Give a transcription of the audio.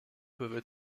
peuvent